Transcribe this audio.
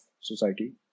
society